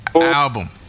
album